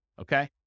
okay